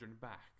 back